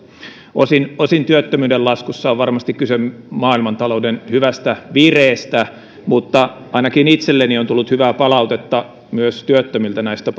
osin osin työttömyyden laskussa on varmasti kyse maailmantalouden hyvästä vireestä mutta ainakin itselleni on tullut hyvää palautetta myös työttömiltä näistä